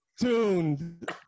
tuned